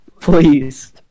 please